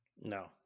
No